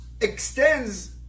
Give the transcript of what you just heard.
extends